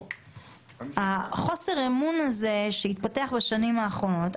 חוסר האמון הזה שהתפתח בשנים האחרונות,